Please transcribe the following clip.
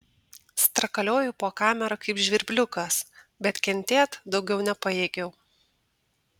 strakalioju po kamerą kaip žvirbliukas bet kentėt daugiau nepajėgiau